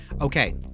Okay